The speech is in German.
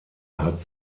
hat